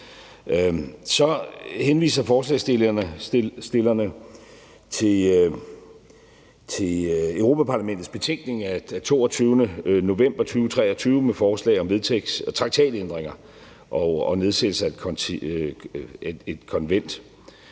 Så henviser forslagsstillerne til Europa-Parlamentets betænkning af 22. november 2023 med forslag om traktatændringer og nedsættelse af et konvent.